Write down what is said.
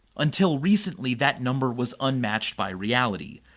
until recently that number was unmatched by reality,